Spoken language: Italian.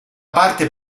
parte